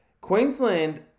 Queensland